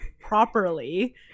properly